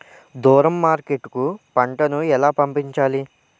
దూరం మార్కెట్ కు పంట ను ఎలా పంపించాలి?